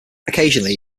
occasionally